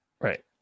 right